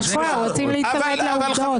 מה שקורה, שרוצים להיצמד לעובדות.